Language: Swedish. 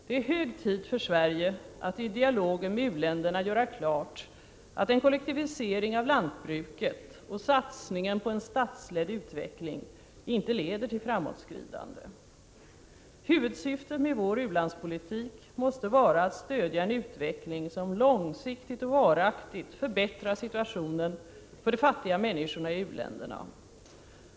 Det är hög tid för Sverige att i dialogen med u-länderna göra klart att en kollektivisering av lantbruket och satsningen på en statsledd utveckling inte leder till framåtskridande. Huvudsyftet med vår u-landspolitik måste vara att stödja en utveckling som långsiktigt och varaktigt förbättrar situationen för de fattiga människorna i u-länderna.